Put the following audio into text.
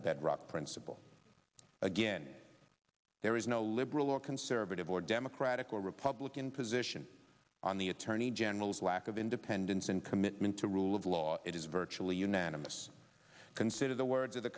a bedrock principle again there is no liberal or conservative or democratic or republican position on the attorney general's lack of independence and commitment to rule of law it is virtually unanimous consider the words of the